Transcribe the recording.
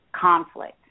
conflict